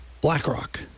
BlackRock